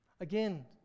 Again